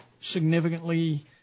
significantly